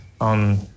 On